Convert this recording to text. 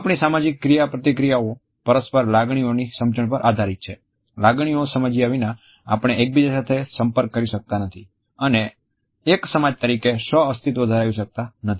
આપણી સામાજિક ક્રિયાપ્રતિક્રિયાઓ પરસ્પર લાગણીઓની સમજણ પર આધારિત છે લાગણીઓ સમજ્યા વિના આપણે એકબીજા સાથે સંપર્ક કરી શકતા નથી અને એક સમાજ તરીકે સહઅસ્તિત્વ ધરાવી શકતા નથી